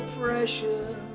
Pressure